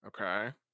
Okay